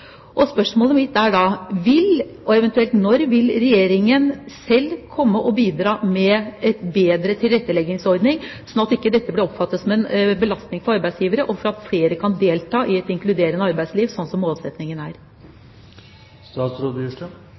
Spørsmålet mitt er da: Vil Regjeringen – eventuelt når vil Regjeringen – selv komme og bidra med en bedre tilretteleggingsordning slik at dette ikke blir oppfattet som en belastning for arbeidsgivere, men slik at flere kan delta i et inkluderende arbeidsliv, som